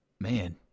Man